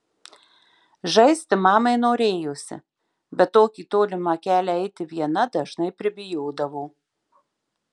žaisti mamai norėjosi bet tokį tolimą kelią eiti viena dažnai pribijodavo